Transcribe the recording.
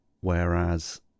Whereas